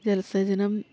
ജലസേചനം